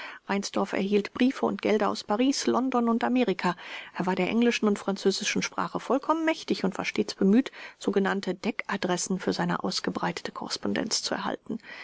reinsdorf erhielt briefe und gelder aus paris london und amerika er war der englischen und französischen sprache vollkommen mächtig und war stets bemüht sogenannte deckadressen für seine ausgebreitete korrespondenz zu erhalten